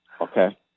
Okay